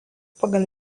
pagal